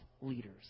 leaders